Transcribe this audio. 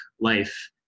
life